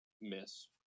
miss